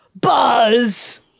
Buzz